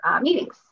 meetings